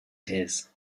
his